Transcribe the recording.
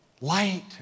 light